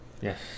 yes